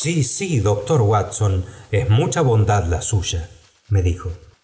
sí sí doctor watson es mucha bondad la suya me dijo